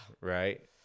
Right